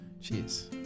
Cheers